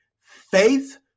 faith